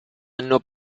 anno